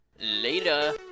Later